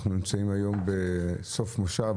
אנחנו נמצאים היום בסוף מושב,